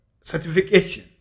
certification